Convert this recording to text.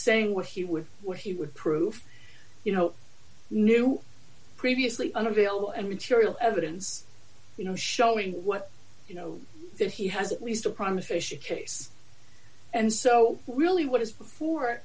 saying what he would where he would prove you know new previously unavailable and material evidence you know showing what you know that he has at least a promise fish a case and so really what is before